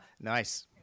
Nice